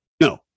No